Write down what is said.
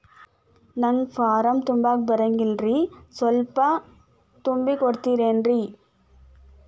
ನಂಗ ಫಾರಂ ತುಂಬಾಕ ಬರಂಗಿಲ್ರಿ ಸ್ವಲ್ಪ ತುಂಬಿ ಕೊಡ್ತಿರೇನ್ರಿ?